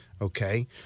Okay